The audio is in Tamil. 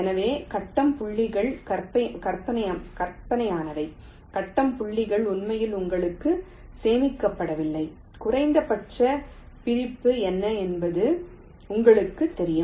எனவே கட்டம் புள்ளிகள் கற்பனையானவை கட்டம் புள்ளிகள் உண்மையில் உங்களிடம் சேமிக்கப்படவில்லை குறைந்தபட்ச பிரிப்பு என்ன என்பது உங்களுக்குத் தெரியும்